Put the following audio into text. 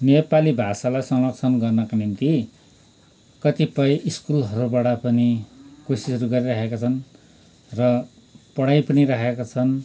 नेपाली भाषालाई संरक्षण गर्नका निम्ति कतिपय स्कुलहरूबाट पनि कोसिस गरिरहेका छन् र पढाइ पनि राखेका छन्